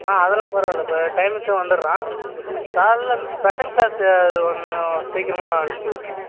ஆ அதெல்லாம் பரவாயில்லை இப்போ டைமுக்கு வந்துடுறான் காலைல அந்த ஸ்பெஷல் க்ளாஸ்ஸு அது ஒன்று சீக்கிரமாக அனுப்பிச்சிவிட்ருங்க